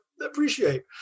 appreciate